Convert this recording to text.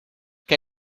que